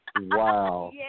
Wow